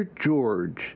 George